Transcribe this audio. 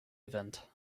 event